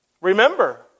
Remember